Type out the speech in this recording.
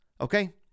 Okay